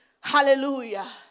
Hallelujah